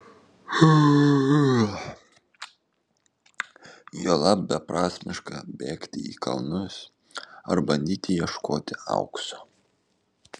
juolab beprasmiška bėgti į kalnus ar bandyti ieškoti aukso